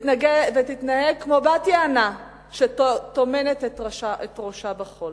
ותתנהג כמו בת יענה שטומנת את ראשה בחול?